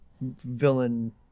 villain